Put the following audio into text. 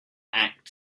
act